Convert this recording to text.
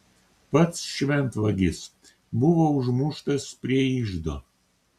pats šventvagis buvo užmuštas prie iždo